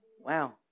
Wow